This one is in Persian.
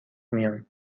میان